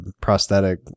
prosthetic